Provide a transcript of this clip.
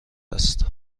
است